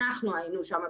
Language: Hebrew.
אנחנו היינו שם,